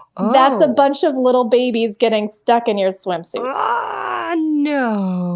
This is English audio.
that's a bunch of little babies getting stuck in your swimsuit. ohhhhh ahhhh noooooo!